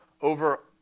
over